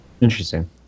Interesting